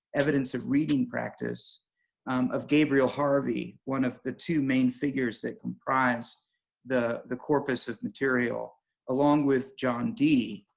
evidence of reading practice of gabriel harvey one of the two main figures that comprise the the corpus of material along with john dee.